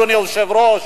אדוני היושב-ראש,